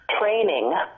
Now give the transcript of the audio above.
training